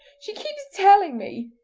she keeps telling me